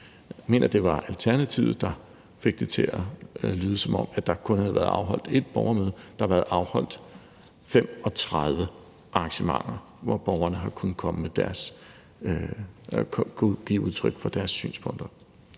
Jeg mener, det var Alternativet, der fik det til at lyde, som om der kun har været afholdt ét borgermøde, men der har været afholdt 35 arrangementer, hvor borgerne har kunnet give udtryk for deres synspunkter.